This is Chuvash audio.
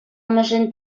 амӑшӗн